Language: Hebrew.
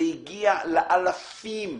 זה הגיע לאלפים.